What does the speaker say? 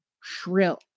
shrill